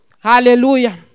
Hallelujah